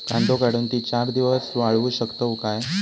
कांदो काढुन ती चार दिवस वाळऊ शकतव काय?